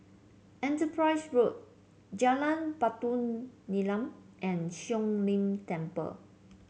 Enterprise Road Jalan Batu Nilam and Siong Lim Temple